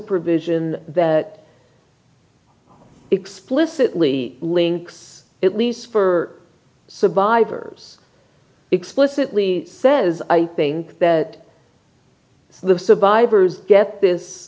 provision that explicitly links it lease for survivors explicitly says i think that the survivors get this